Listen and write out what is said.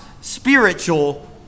spiritual